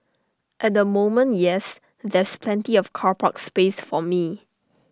at the moment yes there's plenty of car park space for me